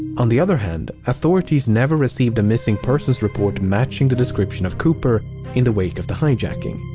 on the other hand, authorities never received a missing persons report matching the description of cooper in the wake of the hijacking.